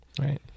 right